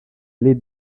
lit